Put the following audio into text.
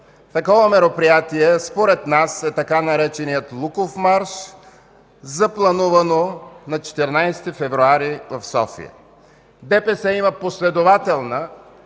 Такова мероприятие според нас е така нареченият „Луков марш”, запланувано на 14 февруари 2015 г. в София. ДПС има последователна,